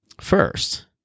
First